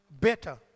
better